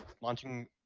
launching